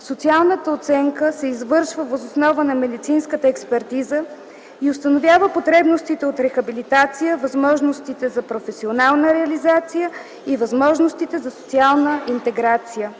социалната оценка се извършва въз основа на медицинската експертиза и установява потребностите от рехабилитация, възможностите за професионална реализация и възможностите за социална интеграция.